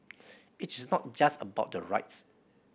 it is not just about the rights